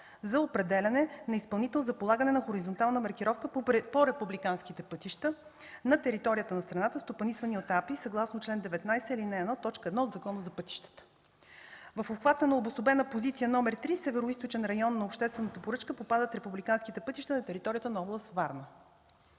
ЗОП определяне на изпълнител за полагане на хоризонтална маркировка по републиканските пътища на територията на страната, стопанисвани от АПИ съгласно чл. 19, ал. 1, т. 1 от Закона за пътищата. В обхвата на обособена позиция № 3 североизточен район на обществената поръчка попадат републиканските пътища в територията на област Варна,